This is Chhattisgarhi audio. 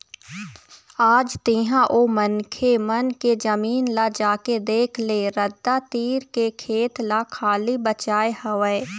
आज तेंहा ओ मनखे मन के जमीन ल जाके देख ले रद्दा तीर के खेत ल खाली बचाय हवय